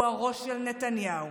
הוא הראש של נתניהו.